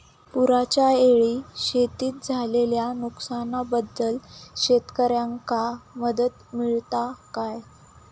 पुराच्यायेळी शेतीत झालेल्या नुकसनाबद्दल शेतकऱ्यांका मदत मिळता काय?